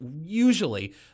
usually